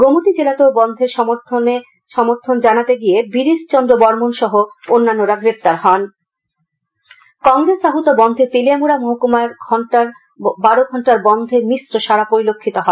গোমতী জেলাতেও বনধের সমর্থন জানাতে গিয়ে বীরেশ চন্দ্র বর্মন সহ অন্যান্যরা গ্রেপ্তার হন তেলিয়ামুড়া বনধ কংগ্রেস আহূত বনধে তেলিয়ামুড়া মহকুমায় বারো ঘন্টার বন্ধের মিশ্র সাড়া পরিলক্ষিত হয়